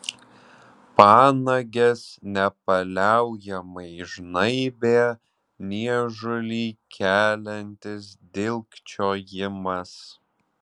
panages nepaliaujamai žnaibė niežulį keliantis dilgčiojimas